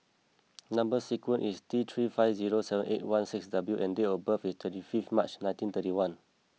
number sequence is T three five zero seven eight one six W and date of birth is twenty fifth March nineteen thirty one